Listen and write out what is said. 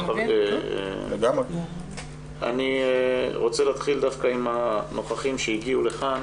אני רוצה להתחיל עם הנוכחים שהגיעו לכאן.